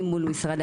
דבר נוסף,